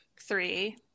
three